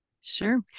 Sure